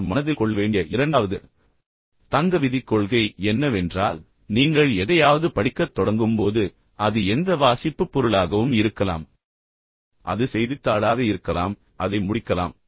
நீங்கள் மனதில் கொள்ள வேண்டிய இரண்டாவது தங்க விதிக் கொள்கை என்னவென்றால் நீங்கள் எதையாவது படிக்கத் தொடங்கும் போது குறிப்பாக அது எந்த வாசிப்புப் பொருளாகவும் இருக்கலாம் அது செய்தித்தாளாக இருக்கலாம் அதை முடிக்கலாம்